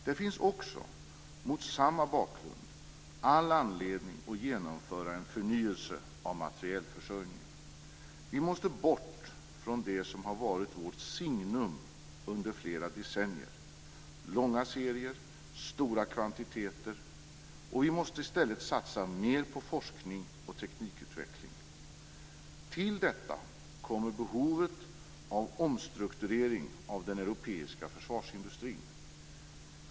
Det finns också, mot samma bakgrund, all anledning att genomföra en förnyelse av materielförsörjningen. Vi måste bort från det som har varit vårt signum under flera decennier - långa serier och stora kvantiteter - och vi måste i stället satsa mer på forskning och teknikutveckling. Till detta kommer behovet av omstrukturering av den europeiska försvarsindustrin.